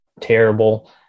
Terrible